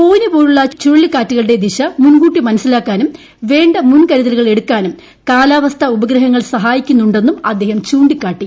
ഫോനി പോലുള്ള ചുഴലിക്കാറ്റുകളുടെ ദിശ മുൻകൂട്ടി മനസിലാക്കാനും വേണ്ട മുൻ കരുതലുകൾ എടുക്കാനും കാലാവസ്ഥ ഉപഗ്രഹങ്ങൾ സഹായിക്കുന്നുണ്ടെന്നും അദ്ദേഹം ചൂണ്ടിക്കാട്ടി